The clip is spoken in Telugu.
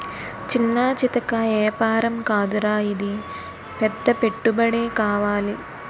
చిన్నా చితకా ఏపారం కాదురా ఇది పెద్ద పెట్టుబడే కావాలి